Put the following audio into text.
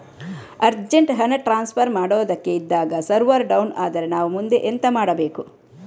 Urgent ಹಣ transfer ಮಾಡೋದಕ್ಕೆ ಇದ್ದಾಗ ಸರ್ವರ್ ಡೌನ್ ಆದರೆ ನಾವು ಮುಂದೆ ಎಂತ ಮಾಡಬೇಕು?